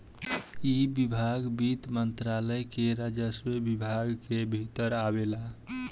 इ विभाग वित्त मंत्रालय के राजस्व विभाग के भीतर आवेला